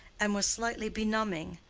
and was slightly benumbing.